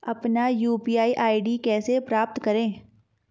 अपना UPI ID कैसे प्राप्त करें?